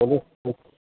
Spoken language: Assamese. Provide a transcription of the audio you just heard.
হ'ব